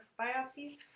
biopsies